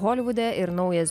holivude ir naujas